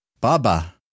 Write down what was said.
baba